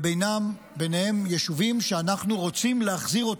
וביניהם יישובים שאנחנו רוצים להחזיר.